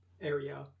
area